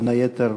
בין היתר,